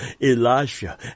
Elisha